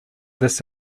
this